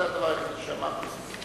זה הדבר היחידי שאמרתי.